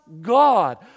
God